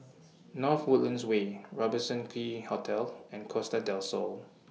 North Woodlands Way Robertson Quay Hotel and Costa Del Sol